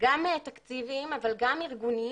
גם תקציביים אבל גם ארגוניים,